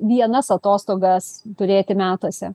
vienas atostogas turėti metuose